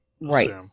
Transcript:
Right